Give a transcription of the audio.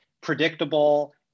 predictable